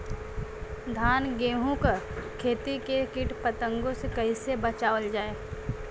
धान गेहूँक खेती के कीट पतंगों से कइसे बचावल जाए?